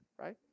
right